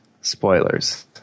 Spoilers